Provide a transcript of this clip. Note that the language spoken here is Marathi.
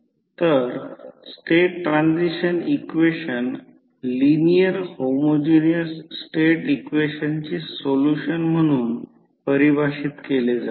तर state transition equation linear homogeneous state इक्वेशनचे सोल्युशन म्हणून परिभाषित केले जाते